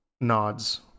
nods